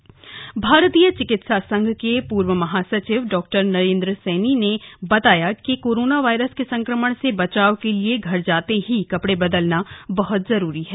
संक्रमण से बचाव भारतीय चिकित्सा संघ के पूर्व महासचिव डॉ नरेन्द्र सैनी ने बताया कि कोरोना वायरस के संक्रमण से बचाव के लिए घर जाते ही कपड़े बदलना बहुत जरूरी है